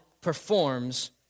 performs